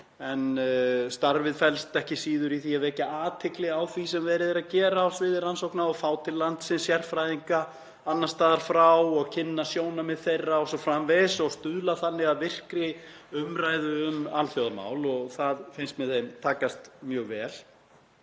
en starfið felst ekki síður í því að vekja athygli á því sem verið er að gera á sviði rannsókna og fá til landsins sérfræðinga annars staðar frá, kynna sjónarmið þeirra o.s.frv. og stuðla þannig að virkri umræðu um alþjóðamál. Það finnst mér þeim takast mjög vel.